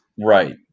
Right